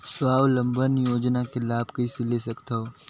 स्वावलंबन योजना के लाभ कइसे ले सकथव?